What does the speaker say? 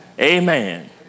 amen